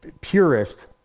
purist